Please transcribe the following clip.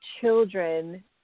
children